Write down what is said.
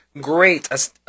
great